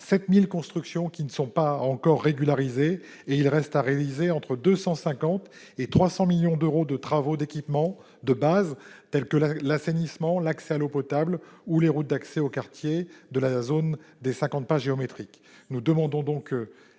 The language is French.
7 000 constructions non encore régularisées et il reste à réaliser entre 250 millions et 300 millions d'euros de travaux d'équipement de base, tels que l'assainissement, l'accès à l'eau potable ou les routes d'accès aux quartiers de la zone des cinquante pas géométriques. Nous demandons, avec